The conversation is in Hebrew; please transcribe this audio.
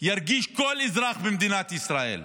ירגיש כל אזרח במדינת ישראל.